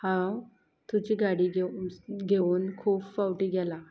हांव तुजी गाडी घेवन घेवून खूब फावटी गेलां